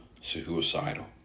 suicidal